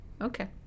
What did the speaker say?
Okay